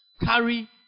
carry